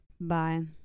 Bye